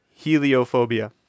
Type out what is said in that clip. Heliophobia